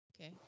Okay